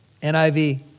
NIV